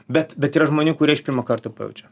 bet bet yra žmonių kurie iš pirmo karto pajaučia